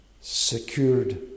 secured